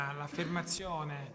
l'affermazione